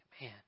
man